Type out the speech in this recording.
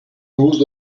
hausse